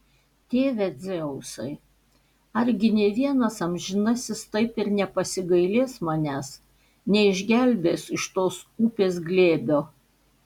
tėve dzeusai argi nė vienas amžinasis taip ir nepasigailės manęs neišgelbės iš tos upės glėbio